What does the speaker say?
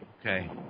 Okay